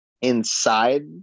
inside